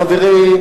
חברי,